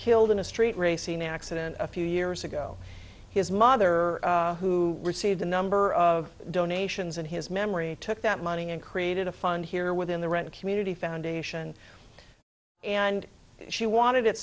killed in a street racing accident a few years ago his mother who received a number of donations in his memory took that money and created a fund here within the rent a community foundation and she wanted it